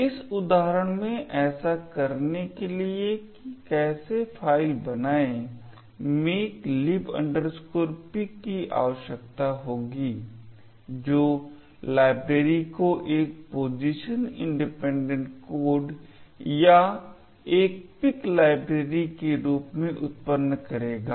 तो इस उदाहरण में ऐसा करने के लिए कि कैसे फाइल बनाएं makelib pic की आवश्यकता होगी जो लाइब्रेरी को एक पोजीशन इंडिपेंडेंट कोड या एक पिक लाइब्रेरी के रूप में उत्पन्न करेगा